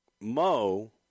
Mo